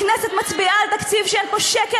הכנסת מצביעה היום על תקציב שאין בו שקל